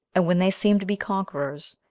and when they seem to be conquerors,